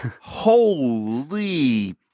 Holy